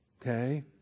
Okay